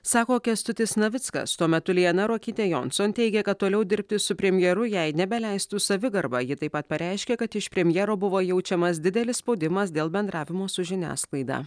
sako kęstutis navickas tuo metu liana ruokytė jonson teigia kad toliau dirbti su premjeru jai nebeleistų savigarba ji taip pat pareiškė kad iš premjero buvo jaučiamas didelis spaudimas dėl bendravimo su žiniasklaida